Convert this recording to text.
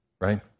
right